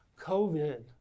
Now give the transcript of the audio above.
covid